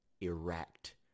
erect